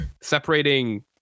separating